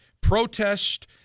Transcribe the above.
protest